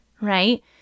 right